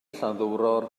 llanddowror